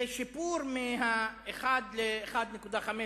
זה שיפור מ-1 ל-1.5,